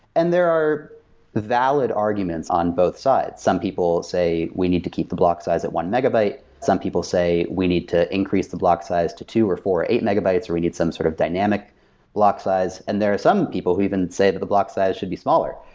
and there are valid arguments on both sides. some people say, we need to keep the block size at one megabyte. some people say, we need to increase the block size to two, or four, or eight megabytes, or we need some sort of dynamic block size. and there are some people who even say that the block size should be smaller.